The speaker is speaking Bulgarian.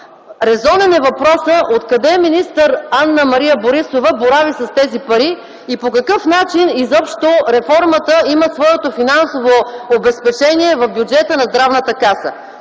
Резонен е въпросът: откъде Анна-Мария Борисова борави с тези пари и по какъв начин изобщо реформата има своето финансово обезпечение в бюджета на Здравната каса?